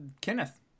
Kenneth